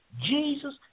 Jesus